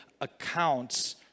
accounts